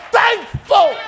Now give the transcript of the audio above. thankful